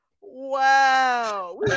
wow